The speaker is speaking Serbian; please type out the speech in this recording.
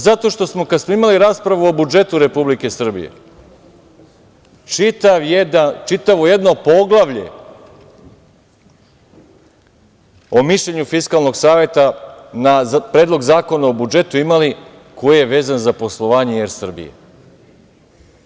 Zato što smo, kad smo imali raspravu o budžetu Republike Srbije, čitavo jedno poglavlje o mišljenju Fiskalnog saveta na Predlog zakona o budžetu imali koji je vezan za poslovanje „Er Srbije“